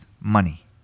money